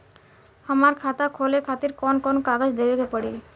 हमार खाता खोले खातिर कौन कौन कागज देवे के पड़ी?